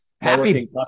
happy